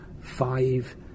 five